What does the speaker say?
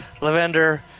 Lavender